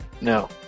No